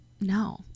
no